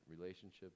relationships